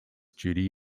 duty